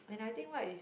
and I think what is